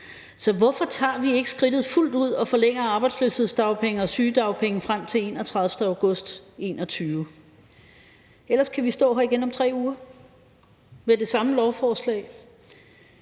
så hvorfor tager vi ikke skridtet fuldt ud og forlænger retten til arbejdsløshedsdagpenge og sygedagpenge frem til den 31. august 2021? Ellers kan vi stå her igen om 3 uger med det samme lovforslag.